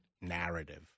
narrative